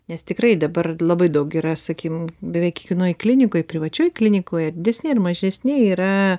nes tikrai dabar labai daug yra sakykim beveik kiekvienoj klinikoj privačioj klinikoje didesnėj ar mažesnėj yra